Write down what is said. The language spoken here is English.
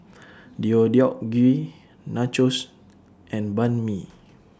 Deodeok Gui Nachos and Banh MI